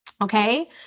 okay